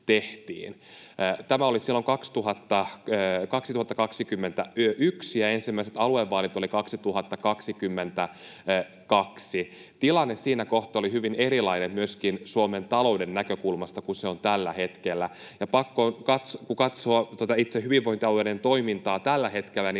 Tämä oli silloin 2021, ja ensimmäiset aluevaalit olivat 2022. Tilanne siinä kohtaa oli myöskin Suomen talouden näkökulmasta hyvin erilainen kuin se on tällä hetkellä. Kun katsoo itse hyvinvointialueiden toimintaa tällä hetkellä, niin